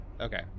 Okay